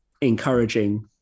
encouraging